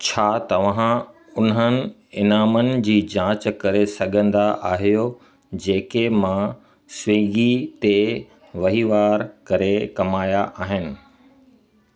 छा तव्हां उन्हनि इनामनि जी जांच करे सघंदा आहियो जेके मां स्विगी ते वहिंवारु करे कमाया आहिनि